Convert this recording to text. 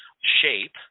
shape